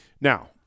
Now